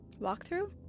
Walkthrough